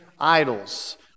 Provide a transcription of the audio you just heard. Idols